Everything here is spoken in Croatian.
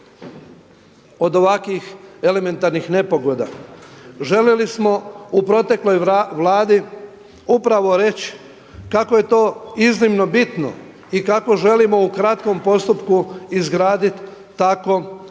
od ovakvih elementarnih nepogoda. Željeli smo u protekloj vladi upravo reći kako je to iznimno bitno i kako želimo u kratkom postupku izgraditi tako bitan